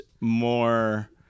more